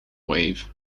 wave